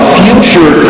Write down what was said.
future